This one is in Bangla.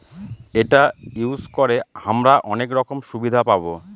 এটা ইউজ করে হামরা অনেক রকম সুবিধা পাবো